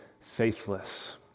faithless